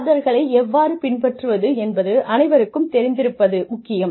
ஆர்டர்களை எவ்வாறு பின்பற்றுவது என்பது அனைவருக்கும் தெரிந்திருப்பது முக்கியம்